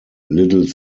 little